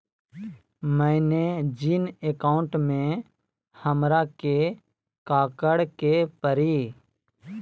मैंने जिन अकाउंट में हमरा के काकड़ के परी?